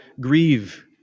grieve